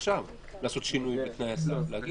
עכשיו לעשות שינוי בתנאי הסף, לומר: